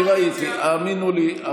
אני ראיתי, האמינו לי.